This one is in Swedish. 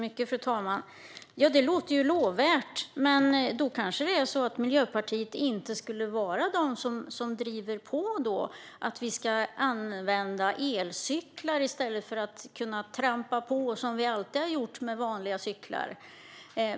Fru talman! Det låter lovvärt. Det kanske är så att Miljöpartiet inte skulle vara de som driver på att vi ska använda elcyklar i stället för att kunna trampa på som vi alltid har gjort med vanliga cyklar.